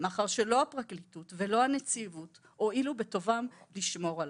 מאחר שלא הפרקליטות או לא הנציבות הועילו בטובם לשמור עליי.